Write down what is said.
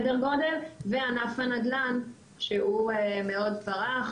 וענף הנדל"ן שהוא מאוד פרח,